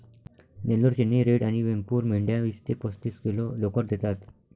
Nellore, Chennai red आणि वेमपूर मेंढ्या वीस ते पस्तीस किलो लोकर देतात